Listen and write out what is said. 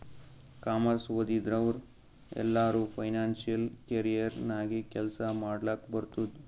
commerce ಓದಿದವ್ರು ಎಲ್ಲರೂ financial career ನಾಗೆ ಕೆಲ್ಸಾ ಮಾಡ್ಲಕ್ ಬರ್ತುದ್